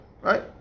right